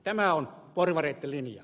tämä on porvareitten linja